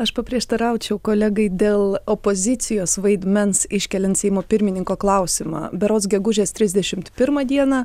aš paprieštaraučiau kolegai dėl opozicijos vaidmens iškeliant seimo pirmininko klausimą berods gegužės trisdešim pirmą dieną